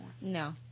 No